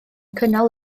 cynnal